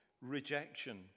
rejection